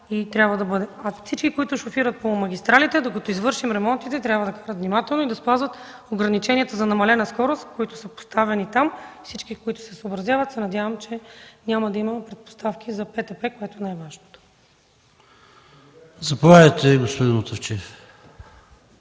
А всички, които шофират по магистралите, докато извършим ремонтите, трябва да са внимателни и да спазват ограничението за намалена скорост, които са поставени там. Всички, които се съобразяват, се надявам, че няма да имат предпоставки за ПТП, което е най-важно. ПРЕДСЕДАТЕЛ ПАВЕЛ ШОПОВ: